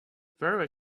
very